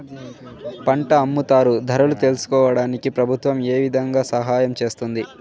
పంట అమ్ముతారు ధరలు తెలుసుకోవడానికి ప్రభుత్వం ఏ విధంగా సహాయం చేస్తుంది?